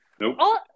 Nope